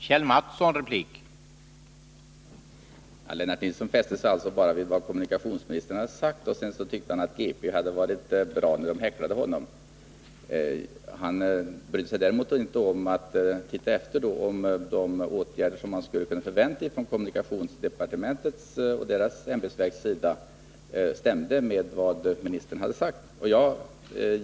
Herr talman! Lennart Nilsson fäste sig tydligen bara vid vad kommunikationsministern hade sagt och tyckte det var bra av Göteborgs-Posten att häckla honom. Däremot brydde sig Lennart Nilsson inte om att se efter om de åtgärder som man skulle ha kunnat förvänta från kommunikationsdepartementet överensstämde med vad ministern hade sagt.